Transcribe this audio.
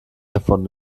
davon